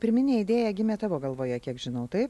pirminė idėja gimė tavo galvoje kiek žinau taip